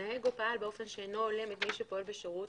התנהג או פעל באופן שאינו הולם את מי שפועל בשירות